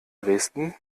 dresden